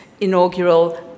inaugural